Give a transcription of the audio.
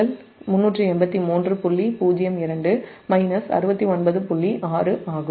6 ஆகும்